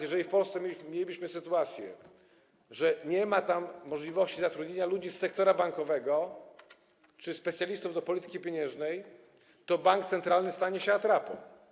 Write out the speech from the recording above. Jeżeli w Polsce mielibyśmy sytuację braku możliwości zatrudnienia ludzi z sektora bankowego czy specjalistów od polityki pieniężnej, to bank centralny stanie się atrapą.